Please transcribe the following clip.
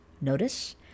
notice